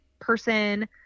person